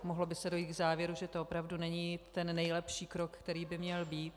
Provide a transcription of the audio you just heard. Mohlo by se dojít k závěru, že to opravdu není nejlepší krok, který by měl být.